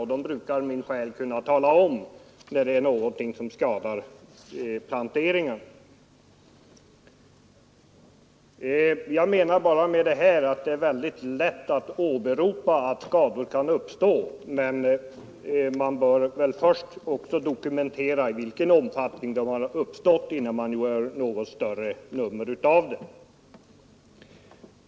Och de brukar min själ kunna tala om när det är någonting som skadar planteringarna! Det är lätt att säga att skador kan uppstå, men man bör väl dokumentera i vilken omfattning de har uppstått, innan man gör något större nummer av det.